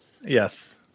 Yes